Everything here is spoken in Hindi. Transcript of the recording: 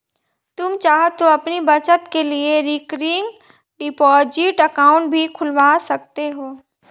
तुम चाहो तो अपनी बचत के लिए रिकरिंग डिपॉजिट अकाउंट भी खुलवा सकते हो